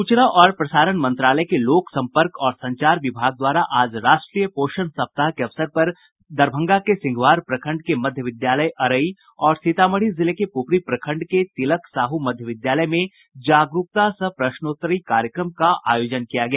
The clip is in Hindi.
सूचना और प्रसारण मंत्रालय के लोक संपर्क और संचार ब्यूरो द्वारा आज राष्ट्रीय पोषण सप्ताह के अवसर पर दरभंगा के सिंघवारा प्रखंड के मध्य विद्यालय अरई और सीतामढ़ी जिले के पुपरी प्रखंड के तिलक साहू मध्य विद्यालय में जागरूकता सह प्रश्नोत्तरी कार्यक्रम का आयोजन किया गया